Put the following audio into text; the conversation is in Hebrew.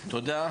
תודה.